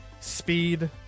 speed